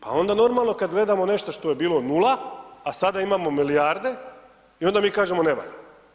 Pa onda normalno kad gledamo nešto što je bilo nula, a sada imamo milijarde i onda mi kažemo ne valja.